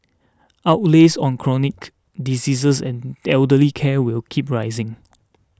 outlays on chronic diseases and elderly care will keep rising